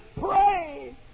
pray